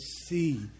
see